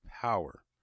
power